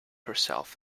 herself